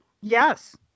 Yes